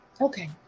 Okay